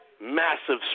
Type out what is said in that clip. massive